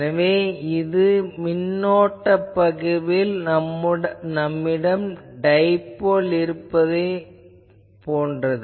எனவே இந்த மின்னோட்ட பகிர்வில் நம்மிடம் டைபோல் உள்ளது